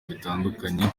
bitandukanye